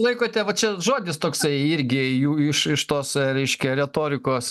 laikote va čia žodis toksai irgi jų iš iš tos raiškia retorikos